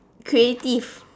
creative